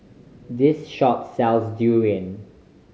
this shop sells durian